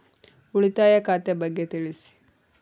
ಉಳಿತಾಯ ಖಾತೆ ಬಗ್ಗೆ ತಿಳಿಸಿ?